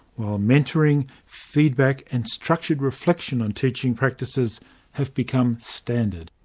while mentoring, feedback and structured reflection on teaching practices have become standard.